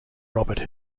robert